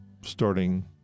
starting